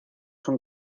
son